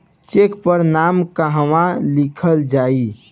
Check पर नाम कहवा लिखल जाइ?